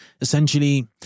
essentially